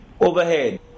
overhead